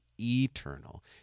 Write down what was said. eternal